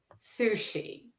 Sushi